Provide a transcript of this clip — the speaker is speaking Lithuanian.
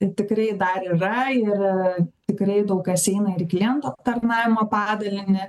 ir tikrai dar yra ir tikrai daug kas eina ir į klientų aptarnavimo padalinį